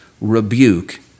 rebuke